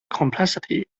complexity